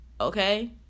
Okay